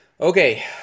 Okay